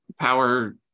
power